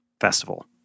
Festival